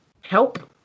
help